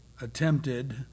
attempted